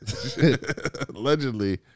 allegedly